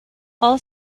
all